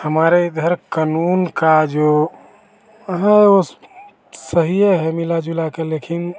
हमारे इधर क़ानून का जो है उस सही ही है मिला जुला के लेकिन